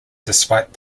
despite